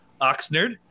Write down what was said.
Oxnard